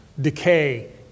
Decay